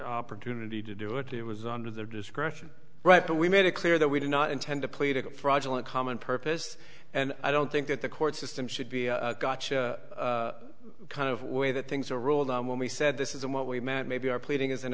opportunity to do it it was under their discretion right but we made it clear that we did not intend to plead a fraudulent common purpose and i don't think that the court system should be a gotcha kind of way that things are ruled on when we said this isn't what we meant maybe our pleading isn't